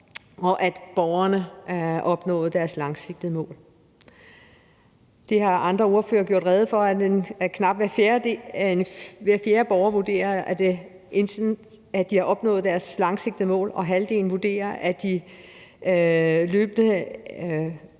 og at borgerne opnåede deres langsigtede mål. Andre ordførere har gjort rede for, at knap hver fjerde borgerne vurderer, at de har opnået deres langsigtede mål, og halvdelen vurderer, at de løbende er